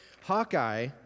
Hawkeye